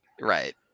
right